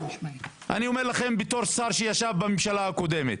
אני אומר את זה בתור שר שישב בממשלה הקודמת,